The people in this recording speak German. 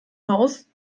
haus